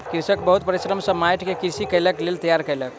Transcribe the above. कृषक बहुत परिश्रम सॅ माइट के कृषि कार्यक लेल तैयार केलक